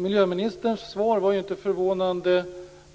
Miljöministerns svar var ju